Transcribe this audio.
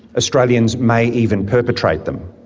australians may even perpetrate them.